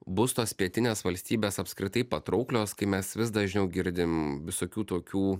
bus tos pietinės valstybės apskritai patrauklios kai mes vis dažniau girdim visokių tokių